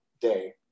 day